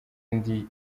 ndi